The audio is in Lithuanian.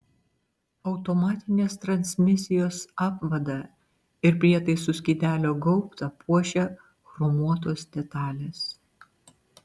automatinės transmisijos apvadą ir prietaisų skydelio gaubtą puošia chromuotos detalės